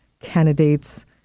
candidates